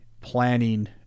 planning